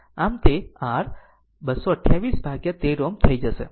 આમ તે r 228 ભાગ્યા 13Ω થઈ જશે